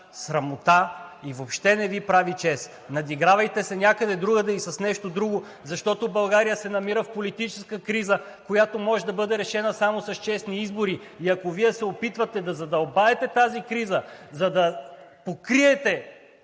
срамота и въобще не Ви прави чест! Надигравайте се някъде другаде и с нещо друго, защото България се намира в политическа криза, която може да бъде решена само с честни избори. И ако Вие се опитвате да задълбаете тази криза, за да покриете